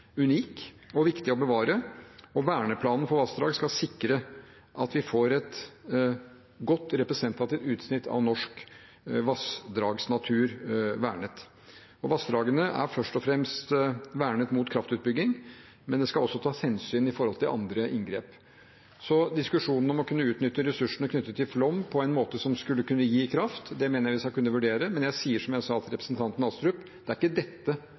unik og viktig å bevare, og verneplanen for vassdrag skal sikre at vi får et godt representativt utsnitt av norsk vassdragsnatur vernet. Vassdragene er først og fremst vernet mot kraftutbygging, men det skal også tas hensyn når det gjelder andre inngrep. Diskusjonen om å kunne utnytte ressursene knyttet til flom på en måte som skulle kunne gi kraft, mener jeg vi skal kunne vurdere. Men jeg sier som jeg sa til representanten Astrup: Det er ikke dette